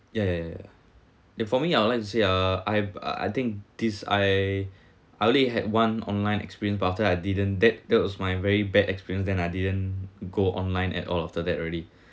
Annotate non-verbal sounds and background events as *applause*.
ya ya ya ya then for me I'd like to say uh I have uh I think this I I only had one online experience but after I didn't that those was my very bad experience then I didn't go online at all after that already *breath*